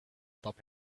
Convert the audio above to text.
stop